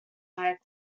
higher